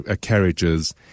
carriages